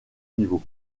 pivot